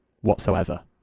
whatsoever